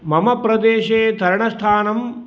मम प्रदेशे तरणस्थानं